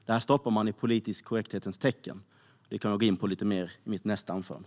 Detta stoppar man i den politiska korrekthetens tecken, vilket jag kommer att gå in på lite mer i mitt nästa anförande.